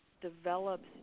develops